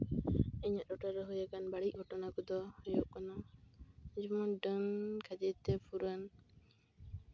ᱤᱧᱟᱹᱜ ᱴᱚᱴᱷᱟᱨᱮ ᱦᱩᱭ ᱟᱠᱟᱱ ᱵᱟᱹᱲᱤᱡ ᱜᱷᱚᱴᱚᱱᱟ ᱠᱚᱫᱚ ᱦᱩᱭᱩᱜ ᱠᱟᱱᱟ ᱡᱮᱢᱚᱱ ᱰᱟᱹᱱ ᱠᱷᱟᱹᱛᱤᱨ ᱛᱮ ᱯᱷᱩᱨᱟᱹᱱ